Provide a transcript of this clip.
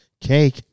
cake